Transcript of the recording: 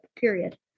period